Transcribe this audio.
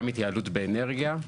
גם התייעלות באנרגיה,